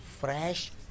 fresh